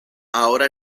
ahora